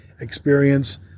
experience